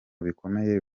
bikomeye